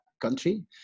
country